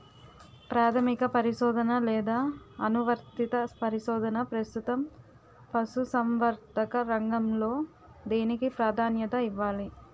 ప్రాథమిక పరిశోధన లేదా అనువర్తిత పరిశోధన? ప్రస్తుతం పశుసంవర్ధక రంగంలో దేనికి ప్రాధాన్యత ఇవ్వాలి?